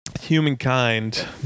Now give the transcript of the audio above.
humankind